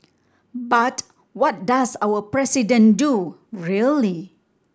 but what does our president do really